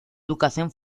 educación